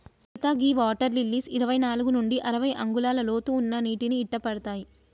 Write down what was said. సీత గీ water lilies ఇరవై నాలుగు నుండి అరవై అంగుళాల లోతు ఉన్న నీటిని ఇట్టపడతాయి